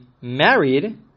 married